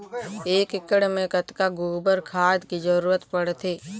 एक एकड़ मे कतका गोबर खाद के जरूरत पड़थे?